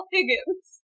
Higgins